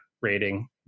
rating